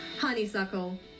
Honeysuckle